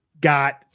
got